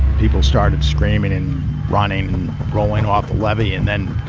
people started screaming and running and rolling off the levee. and then,